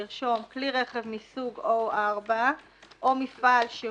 לרשום: כלי רכב מסוג O4 או מפעל שהוא